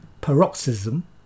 paroxysm